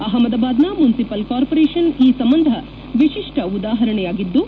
ಅಪ್ಪದಾಬಾದ್ನ municipal corporation ಈ ಸಂಬಂಧ ವಿಶಿಷ್ಷ ಉದಾಹರಣೆಯಾಗಿದ್ದು